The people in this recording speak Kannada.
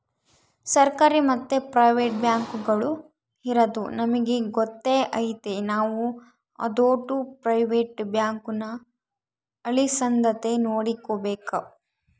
ಸರ್ಕಾರಿ ಮತ್ತೆ ಪ್ರೈವೇಟ್ ಬ್ಯಾಂಕುಗುಳು ಇರದು ನಮಿಗೆ ಗೊತ್ತೇ ಐತೆ ನಾವು ಅದೋಟು ಪ್ರೈವೇಟ್ ಬ್ಯಾಂಕುನ ಅಳಿಸದಂತೆ ನೋಡಿಕಾಬೇಕು